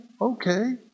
okay